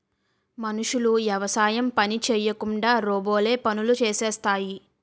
మనుషులు యవసాయం పని చేయకుండా రోబోలే పనులు చేసేస్తాయి